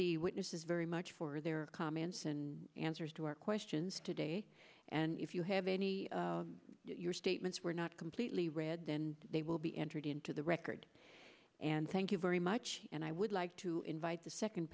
the witnesses very much for their comments and answers to our questions today and if you have any of your statements were not completely read then they will be entered into the record and thank you very much and i would like to invite the second